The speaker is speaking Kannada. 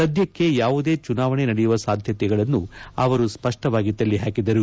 ಸದ್ಯಕ್ಕೆ ಯಾವುದೇ ಚುನಾವಣೆ ನಡೆಯುವ ಸಾದ್ಯತೆಗಳನ್ನು ಅವರು ಸ್ಪಷ್ಟವಾಗಿ ತಳ್ಳಿಹಾಕಿದರು